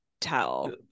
tell